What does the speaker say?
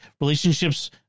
relationships